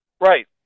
Right